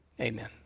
amen